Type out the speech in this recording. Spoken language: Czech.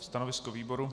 Stanovisko výboru?